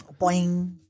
boing